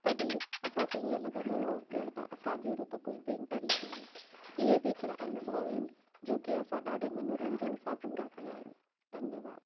तॾहिं असांखे हीअं लॻंदो हुओ ॼणु त असां जहिड़ो त कोई पेंटर ई कोन्हे ईअं बि हिकिड़ा अनुभव आहिनि जो की असां ॾाढे मनोरंजन सां पूरा कया आहिनि धन्यवाद